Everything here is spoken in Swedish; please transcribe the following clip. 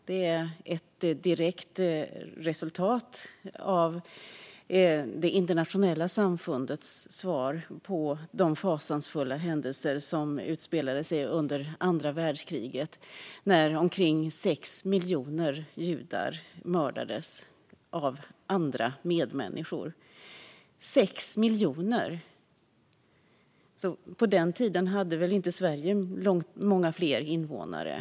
Det är ett direkt resultat av det internationella samfundets svar på de fasansfulla händelser som utspelade sig under andra världskriget, när omkring sex miljoner judar mördades av andra medmänniskor. Sex miljoner! På den tiden hade väl inte Sverige många fler invånare.